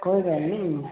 हां कोई गल्ल नी